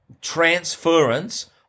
transference